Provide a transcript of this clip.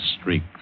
streak